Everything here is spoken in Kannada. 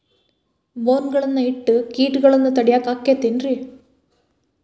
ಬೋನ್ ಗಳನ್ನ ಇಟ್ಟ ಕೇಟಗಳನ್ನು ತಡಿಯಾಕ್ ಆಕ್ಕೇತೇನ್ರಿ?